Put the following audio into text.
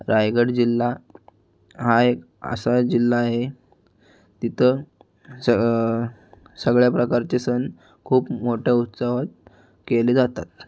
रायगड जिल्हा हा एक असा जिल्हा आहे तिथं स सगळ्या प्रकारचे सण खूप मोठ्या उत्सवात केले जातात